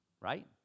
Right